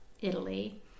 Italy